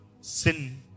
sin